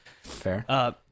fair